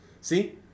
See